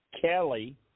Kelly